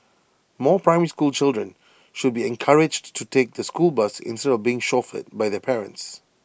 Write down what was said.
more primary school children should be encouraged to take the school bus instead of being chauffeured by the parents